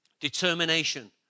determination